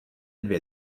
dvě